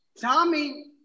Tommy